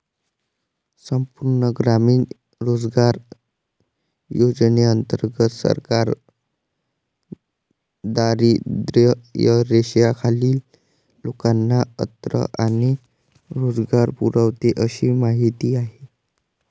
संपूर्ण ग्रामीण रोजगार योजनेंतर्गत सरकार दारिद्र्यरेषेखालील लोकांना अन्न आणि रोजगार पुरवते अशी माहिती आहे